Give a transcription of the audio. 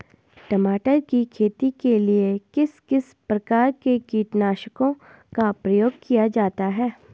टमाटर की खेती के लिए किस किस प्रकार के कीटनाशकों का प्रयोग किया जाता है?